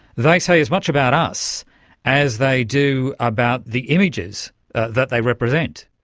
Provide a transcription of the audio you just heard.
they say as much about us as they do about the images that they represent.